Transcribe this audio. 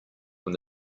when